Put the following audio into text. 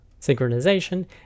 synchronization